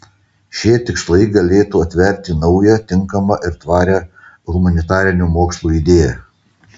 šie tikslai galėtų atverti naują tinkamą ir tvarią humanitarinių mokslų idėją